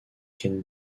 can